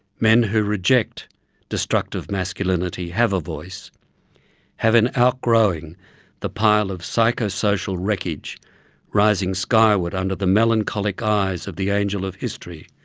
men who reject destructive masculinity have a voice have in outgrowing the pile of psychosocial wreckage rising skyward under the melancholic eyes of the angel of history,